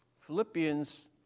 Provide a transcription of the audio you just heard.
Philippians